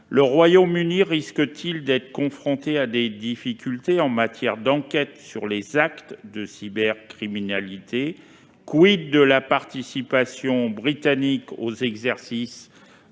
Le Royaume-Uni risque-t-il d'être confronté à des difficultés en matière d'enquête sur des actes de cybercriminalité ? de la participation britannique aux exercices